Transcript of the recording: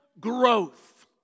growth